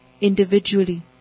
individually